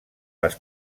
les